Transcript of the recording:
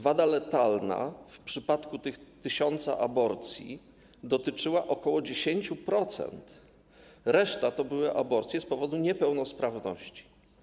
Wada letalna w przypadku tego tysiąca aborcji dotyczyła ok. 10% przypadków, reszta to były aborcje z powodu niepełnosprawności.